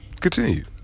Continue